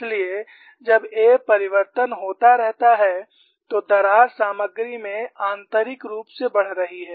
इसलिए जब a परिवर्तन होता रहता है तो दरार सामग्री में आंतरिक रूप से बढ़ रही है